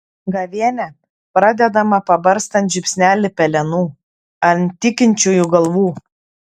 gavėnia pradedama pabarstant žiupsnelį pelenų ant tikinčiųjų galvų